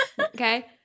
okay